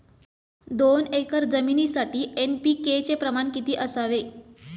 दोन एकर जमीनीसाठी एन.पी.के चे प्रमाण किती असावे?